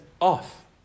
off